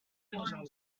hot